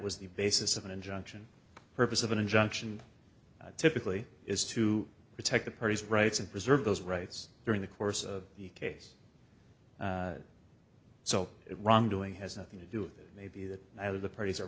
was the basis of an injunction purpose of an injunction typically is to protect the parties rights and preserve those rights during the course of the case so it wrong doing has nothing to do with it maybe that i was the parties are